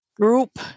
group